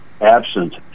absent